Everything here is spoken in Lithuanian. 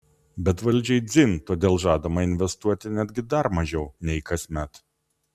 bet valdžiai dzin todėl žadama investuoti netgi dar mažiau nei kasmet